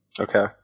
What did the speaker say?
Okay